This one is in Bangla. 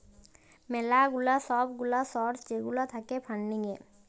ম্যালা গুলা সব গুলা সর্স যেগুলা থাক্যে ফান্ডিং এ